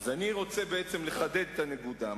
אני רוצה לחדד את הנקודה.